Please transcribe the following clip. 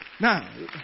Now